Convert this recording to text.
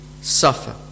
suffer